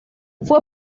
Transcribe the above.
fue